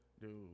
dude